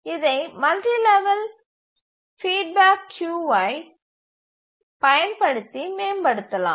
இதை multi level feedback கியூவை பயன்படுத்தி மேம்படுத்தலாம்